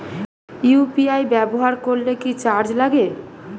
UPI ব্যবহার করলে কি চার্জ লাগে?